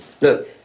Look